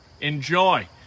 enjoy